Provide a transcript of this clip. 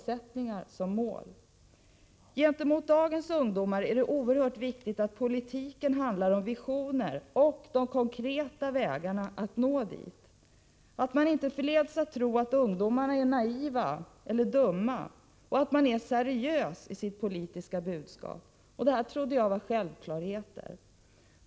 När man vänder sig till dagens ungdomar är det oerhört viktigt att politiken handlar om visioner och de konkreta vägarna att nå målen, att man inte förleds tro att ungdomarna är naiva eller dumma och att man är seriös i sitt politiska budskap. Det här trodde jag var självklarheter.